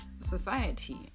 society